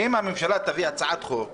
אם הממשלה תביא הצעת חוק אחרת,